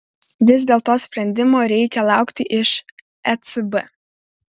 vis dėlto sprendimo reikia laukti iš ecb